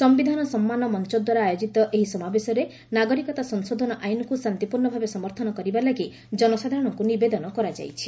ସମ୍ଭିଧାନ ସମ୍ମାନ ମଞ୍ଚଦ୍ୱାରା ଆୟୋଜିତ ଏହି ସମାବେଶରେ ନାଗରିକତା ସଂଶୋଧନ ଆଇନକୁ ଶାନ୍ତିପୂର୍୍ଣଭାବେ ସମର୍ଥନ କରିବା ଲାଗି ଜନସାଧାରଣଙ୍କୁ ନିବେଦନ କରାଯାଇଛି